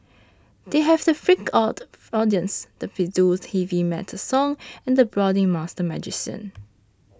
they have the freaked out audience the pseudo heavy metal song and the brooding master magician